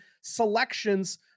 selections